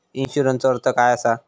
इन्शुरन्सचो अर्थ काय असा?